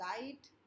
light